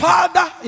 Father